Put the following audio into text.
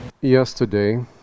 Yesterday